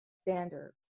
standard